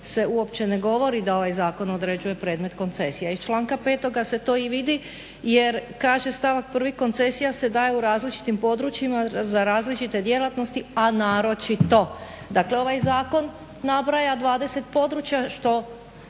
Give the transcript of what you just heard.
se uopće ne govori da ovaj zakon određuje predmet koncesije. Iz članka 5. se to i vidi jer kaže stavak 1. : "Koncesija se daje u različitim područjima za različite djelatnosti, a naročito.". Dakle, ovaj zakon nabraja 20 područja što